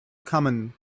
common